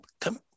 come